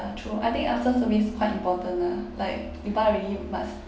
true I think after service quite important lah like you buy already you must